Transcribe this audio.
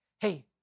Hey